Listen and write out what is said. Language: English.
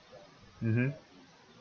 mmhmm